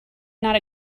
not